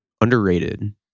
underrated